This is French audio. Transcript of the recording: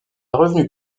revenu